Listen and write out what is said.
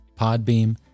Podbeam